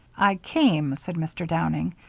i came, said mr. downing,